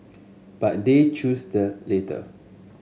but they chose the latter